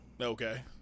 Okay